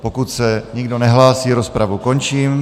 Pokud se nikdo nehlásí, rozpravu končím.